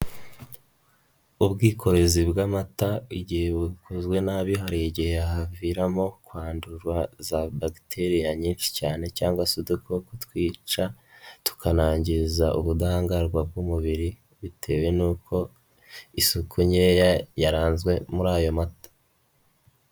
Ubwikorezi bw'amata igihe bukozwe nabi hari igihe haviramo kwandurwa za bagiteriya nyinshi cyane cyangwa se udukoko twica tukanangiza ubudahangarwa bw'umubiri, bitewe n'uko isuku nkeya yaranzwe muri ayo mata.